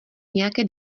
nějaké